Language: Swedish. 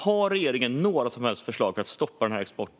Har regeringen några som helst förslag för att stoppa denna export?